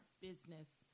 business